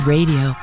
Radio